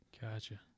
Gotcha